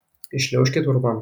įšliaužkit urvan